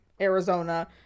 Arizona